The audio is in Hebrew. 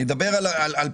ואני שם אותו רגע בצד,